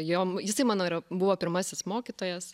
jom jisai mano yra buvo pirmasis mokytojas